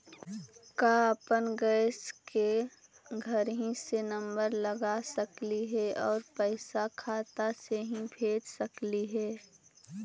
का अपन गैस के घरही से नम्बर लगा सकली हे और पैसा खाता से ही भेज सकली हे?